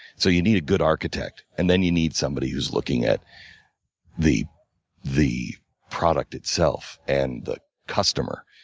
so you need a good architect. and then you need somebody who's looking at the the product itself and the customer.